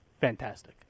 fantastic